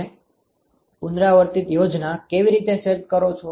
તમે પુનરાવર્તિત યોજના કેવી રીતે સેટ કરો છો